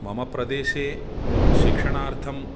मम प्रदेशे शिक्षणार्थम्